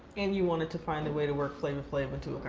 and you wanted to find a way to work flavor flav into